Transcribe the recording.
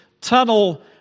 tunnel